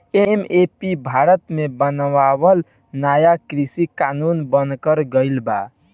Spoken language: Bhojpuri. एम.एस.पी भारत मे बनावल नाया कृषि कानून बनाकर गइल बा